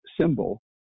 symbol